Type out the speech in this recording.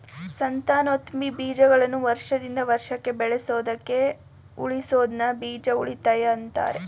ಸಂತಾನೋತ್ಪತ್ತಿ ಬೀಜಗಳನ್ನು ವರ್ಷದಿಂದ ವರ್ಷಕ್ಕೆ ಬಳಸೋದಕ್ಕೆ ಉಳಿಸೋದನ್ನ ಬೀಜ ಉಳಿತಾಯ ಅಂತಾರೆ